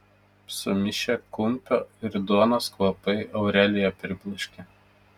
sumišę kumpio ir duonos kvapai aureliją pribloškė